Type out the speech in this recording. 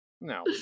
no